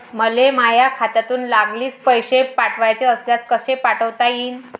मले माह्या खात्यातून लागलीच पैसे पाठवाचे असल्यास कसे पाठोता यीन?